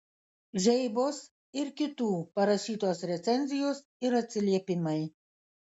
žeibos ir kitų parašytos recenzijos ir atsiliepimai